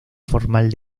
formal